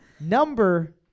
number